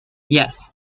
yes